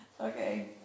okay